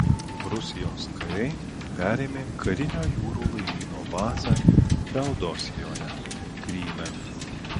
rusijos kariai perėmė karinio jūrų laivyno bazę feodosijoje kryme